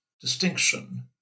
distinction